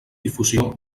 difusió